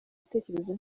bitekerezo